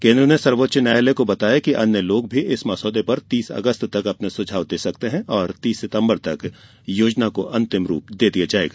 केंद्र ने सर्वोच्च न्यायालय को बताया कि अन्य लोग भी इस मसौदे पर तीस अगस्त तक अपने सुझाव दे सकते हैं और तीस सितम्बर तक योजना को अंतिम रूप दे दिया जाएगा